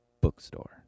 bookstore